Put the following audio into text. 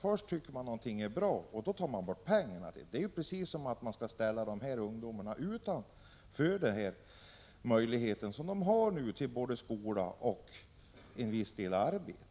Först tycker man att någonting är bra, och så tar man bort pengarna! Det är ju precis som om man ville ställa de här ungdomarna utanför den möjlighet de nu har till både skola och arbete till en viss del.